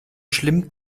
schlimm